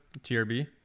trb